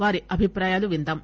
వారి అభిప్రాయాలు విందాం